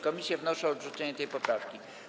Komisje wnoszą o odrzucenie tej poprawki.